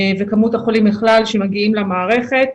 וכמות החולים בכלל שמגיעים למערכת.